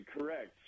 correct